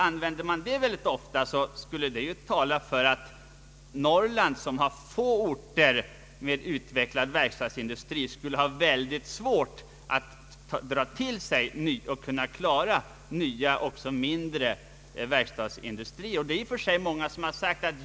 Använder man det argumentet ofta, innebär det att Norrland, som har få orter med utvecklad verkstadsindustri, skulle ha mycket svårt att dra till sig och klara ny, mindre verkstadsindustri.